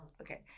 Okay